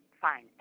fine